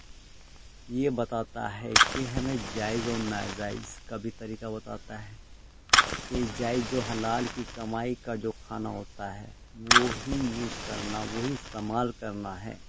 یہ بتاتا ہے کہ ہمیں جائز اور نائجائز کا بھی طریقہ بتاتا ہے کہ جائز جو حلال کی کمائی کا جو کھانا ہوتا ہے وہی یوز کرنا وہی استعمال کرنا ہے